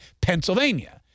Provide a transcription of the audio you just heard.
Pennsylvania